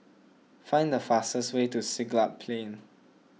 find the fastest way to Siglap Plain